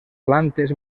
plantes